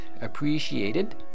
appreciated